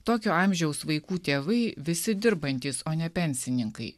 tokio amžiaus vaikų tėvai visi dirbantys o ne pensininkai